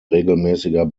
regelmäßiger